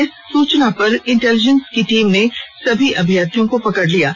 इस सूचना पर इंटेलिजेंस की टीम ने सभी अभ्यर्थियों को पकड़ लिया है